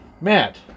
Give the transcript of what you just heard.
Matt